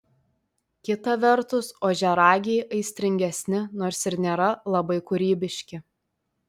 kita vertus ožiaragiai aistringesni nors ir nėra labai kūrybiški